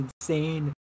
insane